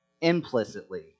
implicitly